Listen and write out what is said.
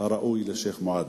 הראוי לשיח' מועדי.